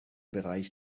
bereich